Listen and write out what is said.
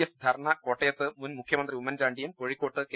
F ധർണ കോട്ടയത്ത് മുൻ മുഖ്യമന്ത്രി ഉമ്മൻചാണ്ടിയും കോഴിക്കോട്ട് കെ